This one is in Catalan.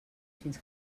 fins